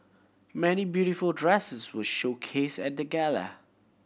many beautiful dresses were showcased at the gala